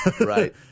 Right